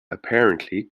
apparently